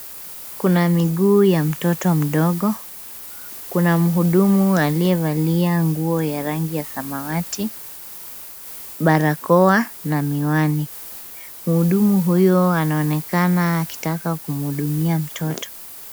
Kuna miguu ya mtoto mdogo. Kuna mhudumu aliyevalia nguo ya rangi ya samawati, barakoa na miwani. Mhudumu huyo anaonekana akitaka kumhudumia mtoto.